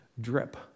drip